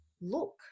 look